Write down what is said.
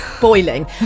boiling